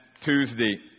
Tuesday